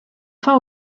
fin